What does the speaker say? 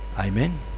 Amen